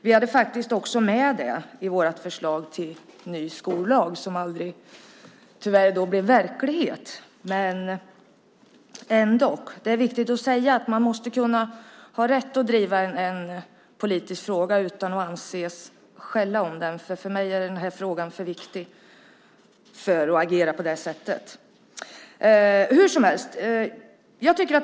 Vi hade faktiskt också med den i vårt förslag till ny skollag - som tyvärr aldrig blev verklighet, men ändå. Det är viktigt att säga detta: Man måste kunna ha rätt att driva en politisk fråga utan att anses skälla om den. För mig är den här frågan för viktig för att jag skulle agera på det sättet.